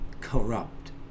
corrupt